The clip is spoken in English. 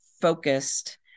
focused